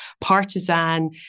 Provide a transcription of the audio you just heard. partisan